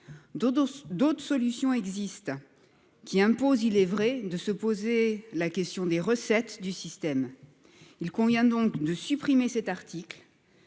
d'autres solutions existent. Qui imposent. Il est vrai, de se poser la question des recettes du système. Il convient donc de supprimer cet article.